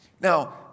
Now